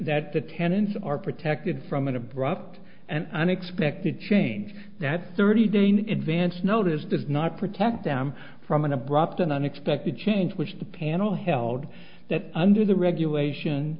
that the tenants are protected from an abrupt and unexpected change that thirty day need vance notice does not protect them from an abrupt and unexpected change which the panel held that under the regulation